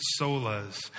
Solas